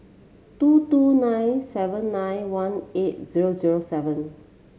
two two nine seven nine one eight zero zero seven